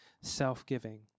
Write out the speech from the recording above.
self-giving